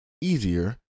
easier